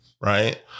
Right